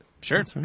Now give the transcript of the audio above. Sure